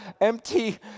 empty